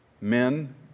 men